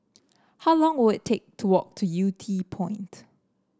how long will it take to walk to Yew Tee Point